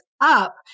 up